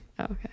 Okay